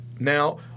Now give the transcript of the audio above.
Now